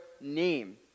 name